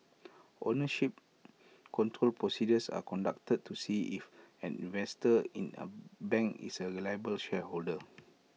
ownership control procedures are conducted to see if an investor in A bank is A reliable shareholder